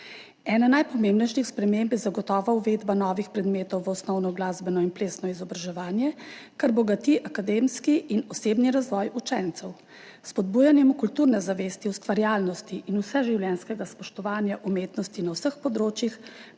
Ena najpomembnejših sprememb je zagotovo uvedba novih predmetov v osnovno glasbeno in plesno izobraževanje, kar bogati akademski in osebni razvoj učencev. S spodbujanjem kulturne zavesti, ustvarjalnosti in vseživljenjskega spoštovanja umetnosti na vseh področjih